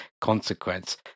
consequence